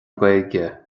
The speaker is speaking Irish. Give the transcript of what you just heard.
gaeilge